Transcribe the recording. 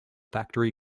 factory